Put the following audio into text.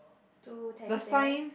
two Teddy Bears